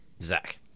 Zach